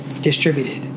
distributed